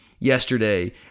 Yesterday